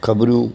ख़बरूं